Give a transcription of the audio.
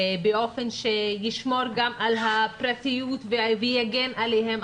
באופן שישמור גם על הפרטיות ויגן עליהם,